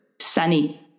sunny